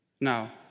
Now